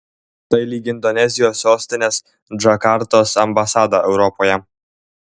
tai lyg indonezijos sostinės džakartos ambasada europoje